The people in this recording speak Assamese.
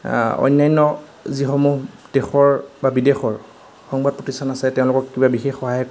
আ অন্যান্য যিসমূহ দেশৰ বা বিদেশৰ সংবাদ প্ৰতিষ্ঠান আছে তেওঁলোকক কিবা বিশেষ সহায়